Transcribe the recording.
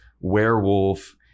werewolf